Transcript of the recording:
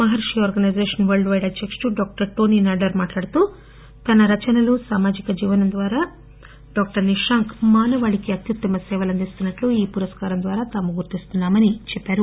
మహర్షి organization world పైడ్ అధ్యకుడు doctor Tony Nader మాట్టాడుతూ తన రచనలు సామాజిక జీవనం ద్వారా డాక్టర్ నిశాంక్ మానవాళికి అత్యుత్తమ సేవలు అందిస్తున్నట్లు ఈ పురస్కారం ద్వారా తాము గుర్తిస్తున్నా మని చెప్పారు